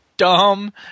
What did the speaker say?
dumb